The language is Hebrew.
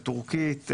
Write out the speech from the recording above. הטורקית,